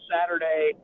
Saturday